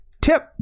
tip